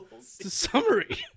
Summary